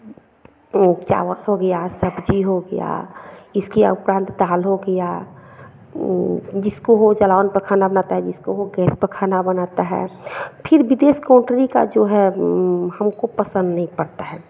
चावल हो गया सब्ज़ी हो गया इसके उपरान्त दाल हो गया जिसको वो जलावन पर खाना बनाता है जिसको वो गैस पर खाना बनाता है फिर विदेश कंट्री का जो है हमको पसंद नहीं पड़ता है